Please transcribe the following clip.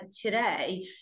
today